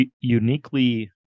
uniquely